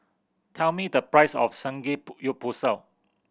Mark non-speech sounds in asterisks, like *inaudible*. tell me the price of *unintelligible*